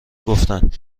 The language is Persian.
گفتند